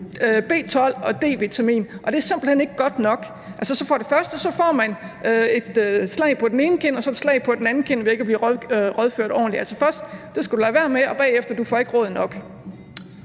B12 og D-vitamin. Og det er simpelt hen ikke godt nok. Altså, for det første får man et slag på den ene kind, og så får man et slag på den anden kind ved ikke at blive rådført ordentligt. Altså først: Det skal du lade være med. Og bagefter: Du får ikke råd nok.